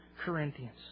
Corinthians